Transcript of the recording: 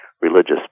religious